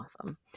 awesome